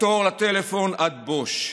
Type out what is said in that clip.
לתור בטלפון עד בוש.